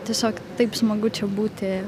tiesiog taip smagu čia būti